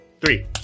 three